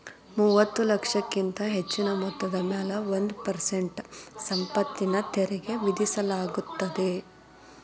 ಮೂವತ್ತ ಲಕ್ಷಕ್ಕಿಂತ ಹೆಚ್ಚಿನ ಮೊತ್ತದ ಮ್ಯಾಲೆ ಒಂದ್ ಪರ್ಸೆಂಟ್ ಸಂಪತ್ತಿನ ತೆರಿಗಿ ವಿಧಿಸಲಾಗತ್ತ